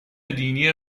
دینی